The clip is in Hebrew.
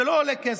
זה לא עולה כסף,